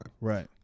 Right